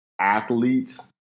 athletes